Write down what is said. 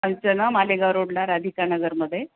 आमचं ना मालेगाव रोडला राधिका नगरमध्ये